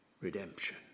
redemption